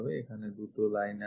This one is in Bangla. এখানে দু'টো লুকোনো line আছে